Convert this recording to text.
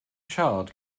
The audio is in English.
child